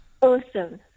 awesome